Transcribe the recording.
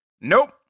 nope